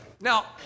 Now